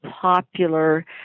popular